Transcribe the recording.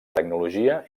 tecnologia